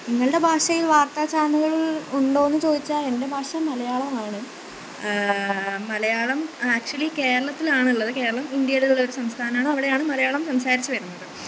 നിങ്ങളുടെ ഭാഷയില് വാര്ത്താചാനലുകള് ഉണ്ടോയെന്നു ചോദിച്ചാൽ എന്റെ ഭാഷ മലയാളമാണ് മലയാളം ആക്ച്വലി കേരളത്തിലാണ് ഉള്ളത് കേരളം ഇന്ത്യയിലുള്ള ഒരു സംസ്ഥാനമാണ് അവിടെയാണ് മലയാളം സംസാരിച്ച് വരുന്നത്